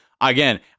again